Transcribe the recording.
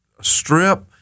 strip